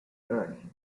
learning